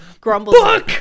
Grumble